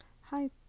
Hi